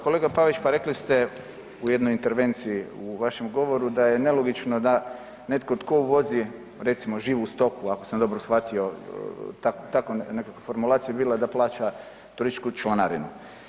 Kolega Pavić, pa rekli ste u jednoj intervenciji u vašem govoru da je nelogično da netko tko uvozi recimo živu stoku, ako sam dobro shvatio, tako nekako formulacija je bila, da plaća turističku članarinu.